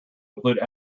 include